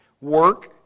Work